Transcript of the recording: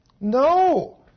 No